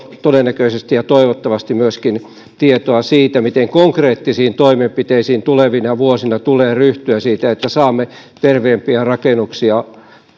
todennäköisesti ja toivottavasti myöskin tietoa siitä miten konkreettisiin toimenpiteisiin tulevina vuosina tulee ryhtyä jotta saamme terveempiä rakennuksia